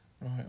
Right